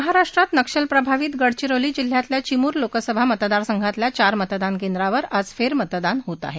महाराष्ट्रात नक्षलप्रभावित गडविरोली जिल्ह्यातल्या चिमूर लोकसभा मतदार संघातल्या चार मतदान केंद्रावर आज फेरमतदान होत आहे